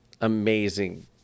amazing